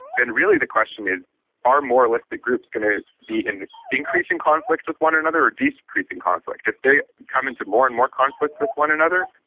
then really the question is are moralistic groups going to be in increasing conflict with one another or decreasing conflict? if they come into more and more conflict with one another,